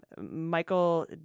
Michael